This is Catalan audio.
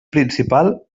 principal